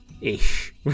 ish